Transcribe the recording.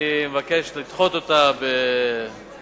אני מבקש לדחות אותה בתוקף.